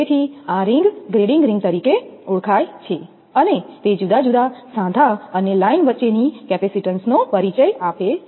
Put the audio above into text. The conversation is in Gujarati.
તેથી આ રીંગ ગ્રેડિંગ રિંગ તરીકે ઓળખાય છે અને તે જુદા જુદા સાંધા અને લાઇન વચ્ચેની કેપેસિટીન્સ નો પરિચય આપે છે